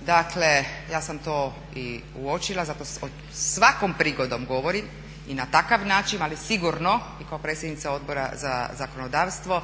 Dakle ja sam to uočila, svakom prigodom govori i na takav način ali sigurno i kao predsjednica Odbora za zakonodavstvo